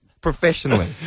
professionally